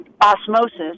osmosis